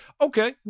Okay